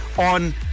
on